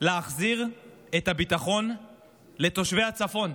להחזיר את הביטחון לתושבי הצפון,